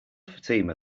fatima